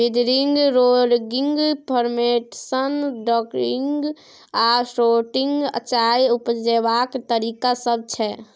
withering, rolling, fermentation, drying आ sorting चाय उपजेबाक तरीका सब छै